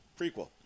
Prequel